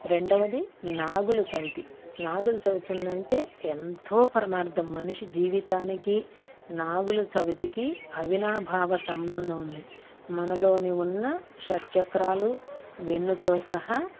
రెండవది నాగులు చవితి నాగుల చవితి ఉందంటే ఎంతో పరమార్థం మనిషి జీవితానికి నాగులు చవితికి అవినాభావ సంబంధం ఉంది మనలోనే ఉన్న షట్చక్రాలు వెన్నుతో సహా